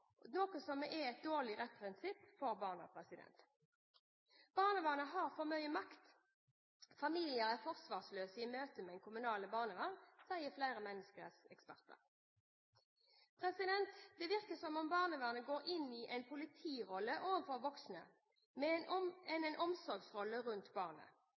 noe som er et dårlig rettsprinsipp for barna. Barnevernet har for mye makt. Familier er forsvarsløse i møte med det kommunale barnevern, sier flere menneskerettseksperter. Det virker som om barnevernet mer går inn i en politirolle overfor voksne enn inn i en omsorgsrolle rundt barnet.